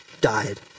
died